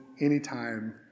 anytime